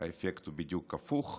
האפקט הוא בדיוק הפוך.